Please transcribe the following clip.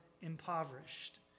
impoverished